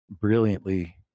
brilliantly